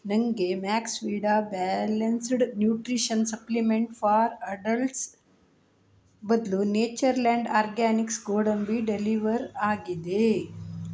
ನನಗೆ Maxvida balanced nutrition supplement for adults ಬದಲು Natureland Organics ಗೋಡಂಬಿ ಡೆಲಿವರ್ ಆಗಿದೆ